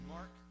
Mark